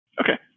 Okay